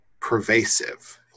pervasive